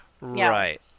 Right